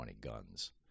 guns